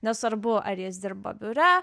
nesvarbu ar jis dirba biure